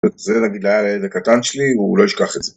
זה נגיד היה לילד הקטן שלי, הוא לא ישכח את זה.